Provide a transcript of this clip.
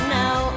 now